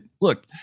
look